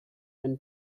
ein